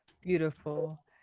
Beautiful